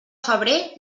febrer